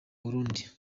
burundi